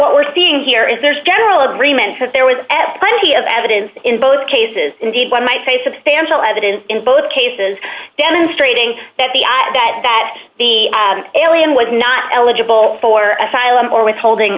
what we're seeing here is there's general agreement that there was at plenty of evidence in both cases indeed one might say substantial evidence in both cases demonstrating that the i that that the alien was not eligible for asylum or withholding